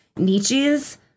Nietzsche's